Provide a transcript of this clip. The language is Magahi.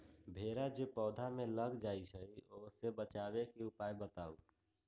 भेरा जे पौधा में लग जाइछई ओ से बचाबे के उपाय बताऊँ?